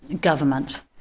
government